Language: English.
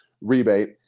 rebate